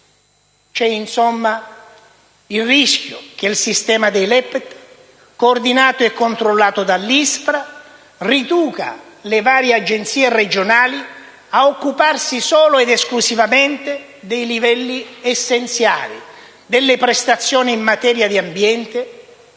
C'è insomma il rischio che il sistema dei LEPTA, coordinato e controllato dall'ISPRA, riduca le varie Agenzie regionali a occuparsi solo ed esclusivamente dei livelli essenziali delle prestazioni in materia di ambiente.